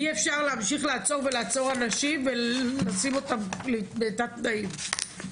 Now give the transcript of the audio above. אי אפשר להמשיך לעצור אנשים ולשים אותם בתת תנאים,